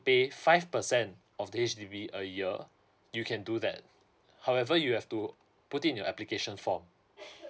pay five percent of the H_D_B a year you can do that however you have to put it in your application form